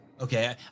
Okay